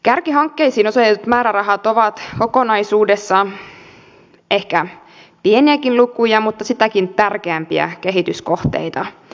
kärkihankkeisiin osoitetut määrärahat ovat kokonaisuudessa ehkä pieniäkin lukuja mutta sitäkin tärkeämpiä kehityskohteita